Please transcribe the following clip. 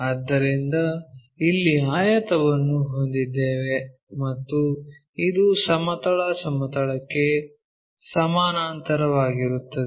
ಆದ್ದರಿಂದ ಇಲ್ಲಿ ಆಯತವನ್ನು ಹೊಂದಿದ್ದೇವೆ ಮತ್ತು ಇದು ಸಮತಲ ಸಮತಲಕ್ಕೆ ಸಮಾನಾಂತರವಾಗಿರುತ್ತದೆ